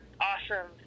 awesome